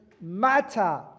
Matter